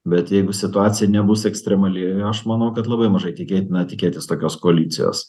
bet jeigu situacija nebus ekstremali aš manau kad labai mažai tikėtina tikėtis tokios koalicijos